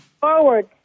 Forward